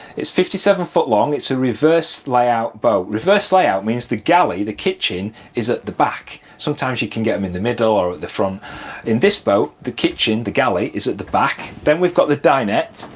it's fifty seven foot long, it's a reverse layout boat. reverse layout means the galley, the kitchen is at the back. sometimes you can get them in the middle or at the front in this boat the kitchen, the galley is at the back, then we've got the dinette,